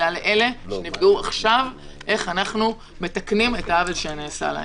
אלא לאלה שנפגעו עכשיו איך אנחנו ממתקנים את העוול שנעשה להם.